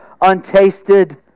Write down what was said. untasted